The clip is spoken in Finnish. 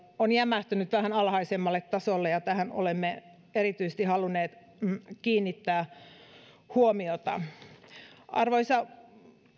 on jämähtänyt vähän alhaisemmalle tasolle ja tähän olemme erityisesti halunneet kiinnittää huomiota arvoisa